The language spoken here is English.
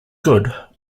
good